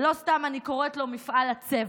ולא סתם אני קוראת לו מפעל הצבע.